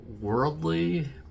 worldly